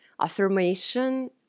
affirmation